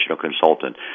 consultant